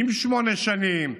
עם שמונה שנים,